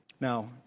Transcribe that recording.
Now